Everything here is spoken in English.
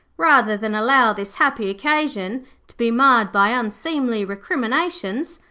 rather than allow this happy occasion to be marred by unseemly recriminations,